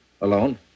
Alone